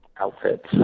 outfits